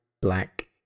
black